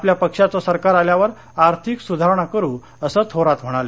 आपल्या पक्षाचं सरकार आल्यावर आर्थिक सुधारणा करू असं थोरात म्हणाले